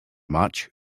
much